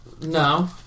No